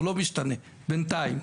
הוא לא משתנה בינתיים,